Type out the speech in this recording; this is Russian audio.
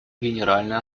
генеральной